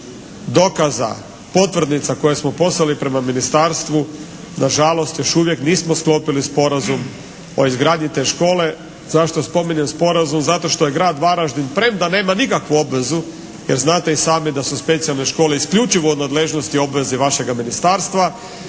dokaza, potvrdnica koje smo poslali prema Ministarstvu nažalost još uvijek nismo sklopili Sporazum o izgradnji te škole. Zašto spominjem sporazum? Zato što je grad Varaždin premda nema nikakvu obvezu jer znate i sami da su specijalne škole isključivo u nadležnosti i obvezi vašega Ministarstva,